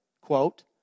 quote